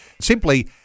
Simply